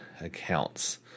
accounts